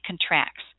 contracts